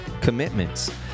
commitments